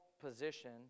position